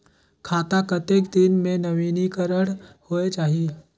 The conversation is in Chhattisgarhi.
खाता कतेक दिन मे नवीनीकरण होए जाहि??